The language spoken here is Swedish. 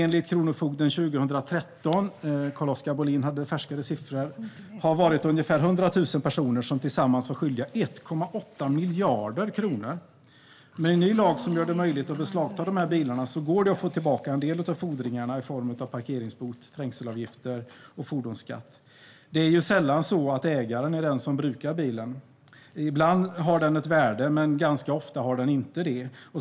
Enligt kronofogden lär det 2013 ha varit ungefär 100 000 personer som tillsammans var skyldiga 1,8 miljarder kronor. CarlOskar Bohlin hade färskare siffror. Med en ny lag som gör det möjligt att beslagta dessa bilar går det att få tillbaka en del av fordringarna i form av parkeringsböter, trängselavgifter och fordonsskatt. Det är sällan så att ägaren är den som brukar bilen. Ibland har den ett värde, men ganska ofta har den inte det.